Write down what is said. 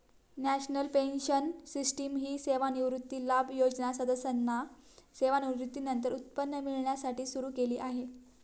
national pension system ही सेवानिवृत्ती लाभ योजना सदस्यांना सेवानिवृत्तीनंतर उत्पन्न मिळण्यासाठी सुरू केली आहे